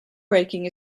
breaking